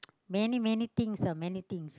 many many things ah many things